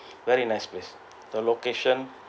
very nice place the location